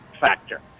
factor